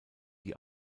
die